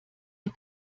ihr